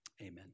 amen